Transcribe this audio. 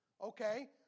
Okay